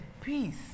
peace